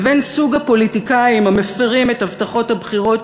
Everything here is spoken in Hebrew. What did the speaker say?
לבין סוג הפוליטיקאים המפרים את הבטחות הבחירות